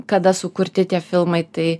kada sukurti tie filmai tai